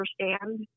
understand